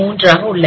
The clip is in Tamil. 993